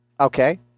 Okay